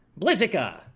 Blizzica